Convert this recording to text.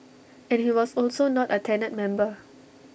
and he was also not A tenured member